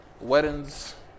weddings